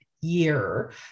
year